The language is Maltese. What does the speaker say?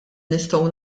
nistgħu